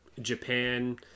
Japan